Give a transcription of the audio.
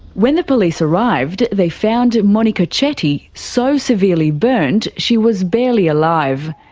when the police arrived, they found monika chetty so severely burnt, she was barely alive.